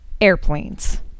airplanes